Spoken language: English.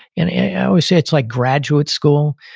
and i always say it's like graduate school,